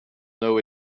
know